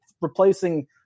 replacing